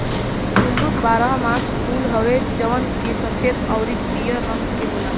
कुमुद बारहमासा फूल हवे जवन की सफ़ेद अउरी पियर रंग के होला